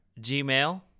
Gmail